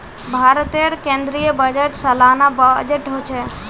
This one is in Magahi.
भारतेर केन्द्रीय बजट सालाना बजट होछे